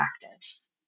practice